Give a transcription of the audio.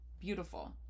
beautiful